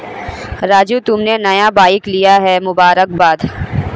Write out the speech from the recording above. राजू तुमने नया बाइक लिया है मुबारकबाद